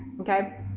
Okay